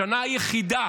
השנה היחידה